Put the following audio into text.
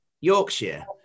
Yorkshire